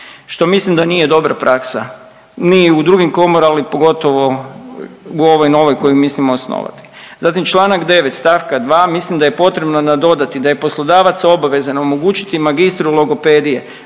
što mislim da nije dobra praksa, ni u drugim komorama, ali pogotovo u ovoj novoj koju mislimo osnovati. Zatim Članak 9. stavka 2. mislim da je potrebno nadodati da je poslodavac obavezan omogućiti magistru logopedije